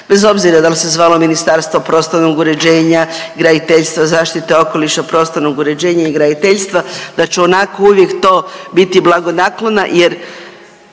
bez obzira dal se zvalo Ministarstvo prostornog uređenja, graditeljstva, zaštite okoliša, prostornog uređenja i graditeljstva, da ću onako uvijek to biti blagonaklona jer